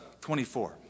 24